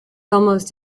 almost